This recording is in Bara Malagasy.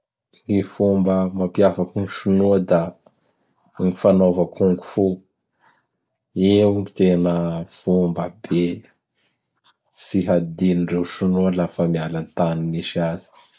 Gny fomba mampiavaky gn ny Sinoa da gny fanaova Kung-Fu. Io gn tena fomba be tsy hadinondreo sinoa lafa miala am tany misy azy.